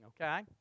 okay